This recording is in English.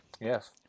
Yes